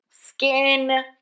skin